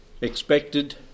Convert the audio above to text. expected